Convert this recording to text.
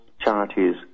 charities